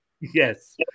Yes